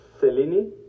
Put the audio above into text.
Selini